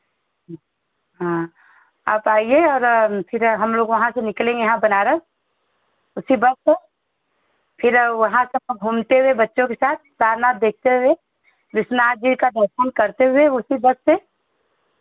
हाँ आप आईए और फिर हम लोग वहाँ से निकलेंगे यहाँ बनारस उसी बस से फिर वहाँ से हम घूमते हुए बच्चो के साथ सारनाथ देखते हुए विश्वनाथ जी का दर्शन करते हुए उसी बस से